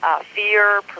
fear